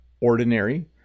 ordinary